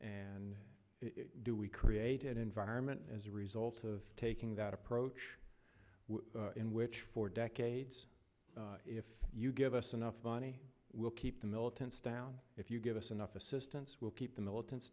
and do we create an environment as a result of taking that approach in which for decades if you give us enough money we'll keep the militants down if you give us enough assistance will keep the militants